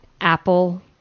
Apple